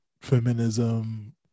feminism